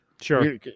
Sure